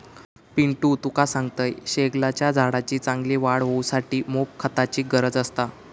पिंटू तुका सांगतंय, शेगलाच्या झाडाची चांगली वाढ होऊसाठी मॉप खताची गरज असता